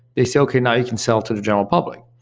they say, okay, now you can sell to the general public.